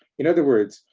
in other words,